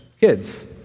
kids